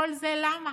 כל זה למה?